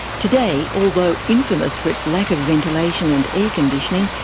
today, although infamous for its lack of ventilation and air-conditioning,